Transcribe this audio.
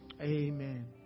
amen